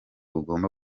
ugomba